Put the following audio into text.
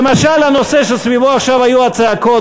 למשל הנושא שסביבו עכשיו היו הצעקות,